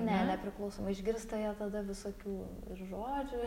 ne nepriklausomai išgirsta jo tada visokių ir žodžių